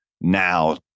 now